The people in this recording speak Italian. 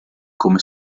come